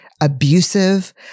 abusive